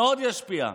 מאוד ישפיע.